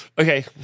Okay